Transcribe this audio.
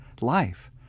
life